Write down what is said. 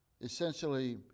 essentially